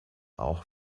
auch